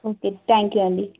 okay thank you అండి